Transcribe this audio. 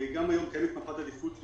גם היום קיימת מפת עדיפות לאומית,